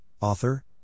author